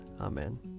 Amen